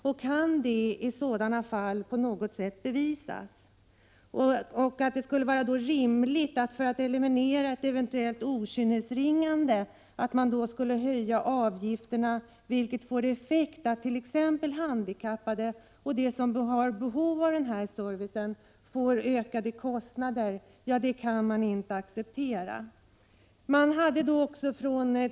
Om så är fallet, kan detta då bevisas på något sätt? Kan det vara rimligt att, för att eliminera okynnesringande, höja avgiften? Effekten blir ju att t.ex. handikappade och de som har behov av denna service får ökade kostnader, och någonting sådant kan ju inte accepteras.